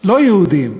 לא יהודים,